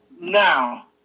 now